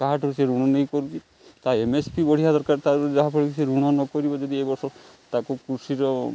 କାହାଠାରୁ ସେ ଋଣ ନେଇ କରୁଛି ତା ଏମ ଏସ୍ ପି ବଢ଼ିଆ ଦରକାର ତା'ର ଯାହାଫଳରେ କି ସେ ଋଣ ନ କରିବ ଯଦି ଏ ବର୍ଷ ତାକୁ କୃଷିର